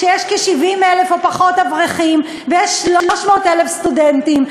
שיש כ-70,000 או פחות אברכים ויש 300,000 סטודנטים,